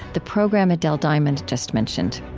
the program adele diamond just mentioned